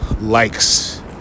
likes